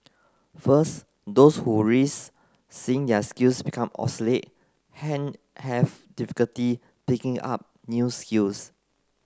first those who risk seeing their skills become obsolete have difficulty picking up new skills